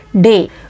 Day